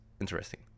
interesting